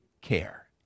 care